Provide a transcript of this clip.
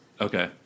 Okay